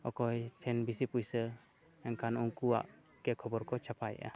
ᱚᱠᱚᱭ ᱴᱷᱮᱱ ᱵᱮᱥᱤ ᱯᱩᱭᱥᱟᱹ ᱮᱱᱠᱷᱟᱱ ᱩᱱᱠᱩᱣᱟᱜ ᱜᱮ ᱠᱷᱚᱵᱚᱨ ᱠᱚ ᱪᱷᱟᱯᱟᱭᱮᱫᱼᱟ